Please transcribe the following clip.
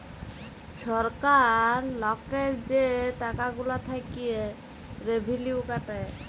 ছরকার লকের যে টাকা গুলা থ্যাইকে রেভিলিউ কাটে